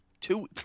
two